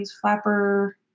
flapper